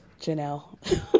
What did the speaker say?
Janelle